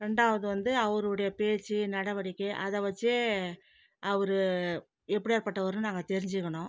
ரெண்டாவது வந்து அவருடைய பேச்சு நடவடிக்கை அதை வச்சே அவரு எப்படியாப்பட்டவருன்னு நாங்கள் தெரிஞ்சிக்கணும்